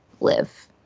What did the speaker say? live